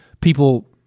people-